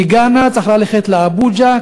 מגאנה צריך ללכת לאבוג'ה,